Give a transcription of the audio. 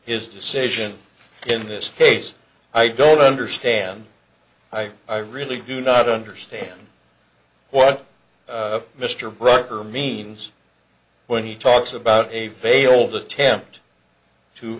his decision in this case i don't understand i i really do not understand what mr brucker means when he talks about a failed attempt to